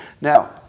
Now